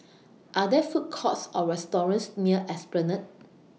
Are There Food Courts Or restaurants near Esplanade